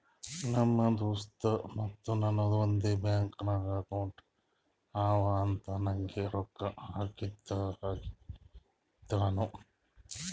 ನಮ್ ದೋಸ್ತ್ ಮತ್ತ ನಂದು ಒಂದೇ ಬ್ಯಾಂಕ್ ನಾಗ್ ಅಕೌಂಟ್ ಅವಾ ಅಂತ್ ನಂಗೆ ರೊಕ್ಕಾ ಹಾಕ್ತಿನೂ